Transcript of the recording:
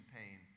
pain